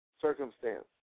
circumstance